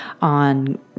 on